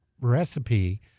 recipe